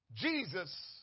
Jesus